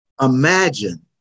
imagine